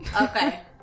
Okay